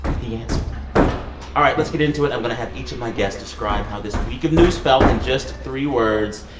he answered all right, let's get into it. i'm going to have each of my guests describe how this week of news felt in just three words.